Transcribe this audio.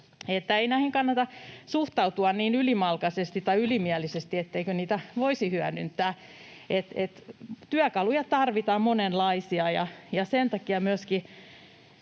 Ei näihin kannata suhtautua niin ylimalkaisesti tai ylimielisesti, etteikö niitä voisi hyödyntää. Työkaluja tarvitaan monenlaisia,